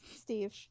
Steve